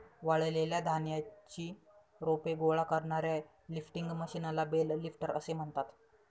वाळलेल्या धान्याची रोपे गोळा करणाऱ्या लिफ्टिंग मशीनला बेल लिफ्टर असे म्हणतात